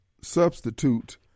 substitute